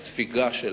הספיגה שלנו.